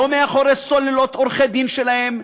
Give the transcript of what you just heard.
לא מאחורי סוללות עורכי הדין שלהם,